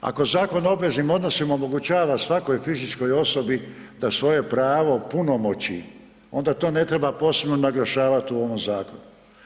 Ako Zakon o obveznim odnosima omogućava svakoj fizičkoj osobi da svoje pravo punomoći, onda to ne treba posebno naglašavati u ovom zakonu.